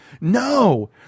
No